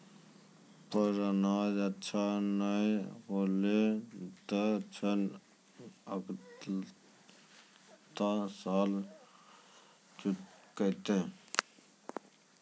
पर अनाज अच्छा नाय होलै तॅ ऋण अगला साल चुकैतै